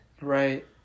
Right